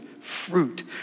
fruit